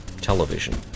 television